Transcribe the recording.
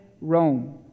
Rome